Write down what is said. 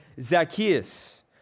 Zacchaeus